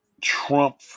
Trump